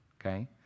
okay